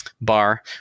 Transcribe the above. bar